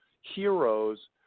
heroes